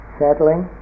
settling